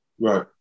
Right